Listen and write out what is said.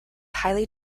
highly